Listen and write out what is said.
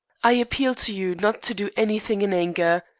i appeal to you not to do anything in anger.